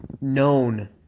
known